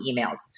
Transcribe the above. emails